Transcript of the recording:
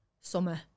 summer